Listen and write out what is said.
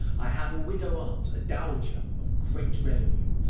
i have a widow aunt, a dowager of great revenue,